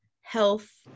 health